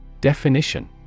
Definition